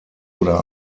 oder